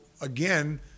again